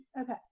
okay